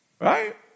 Right